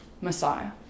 Messiah